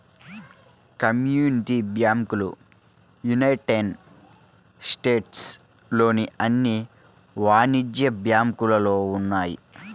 community బ్యాంకులు united states లోని అన్ని వాణిజ్య బ్యాంకులలో ఉన్నాయి